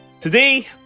Today